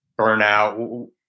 burnout